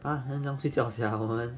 !huh! then 不用睡觉 sia man